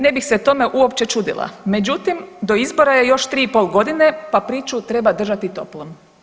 Ne bih se tome uopće čudila, međutim, do izbora je još 3,5 godine pa priču treba držati toplom.